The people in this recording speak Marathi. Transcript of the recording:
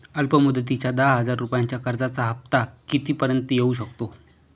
अल्प मुदतीच्या दहा हजार रुपयांच्या कर्जाचा हफ्ता किती पर्यंत येवू शकतो?